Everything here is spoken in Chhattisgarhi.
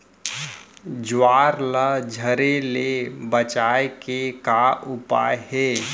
ज्वार ला झरे ले बचाए के का उपाय हे?